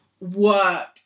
work